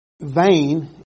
vain